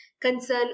concern